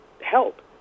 help